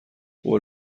قول